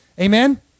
Amen